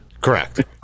Correct